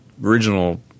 original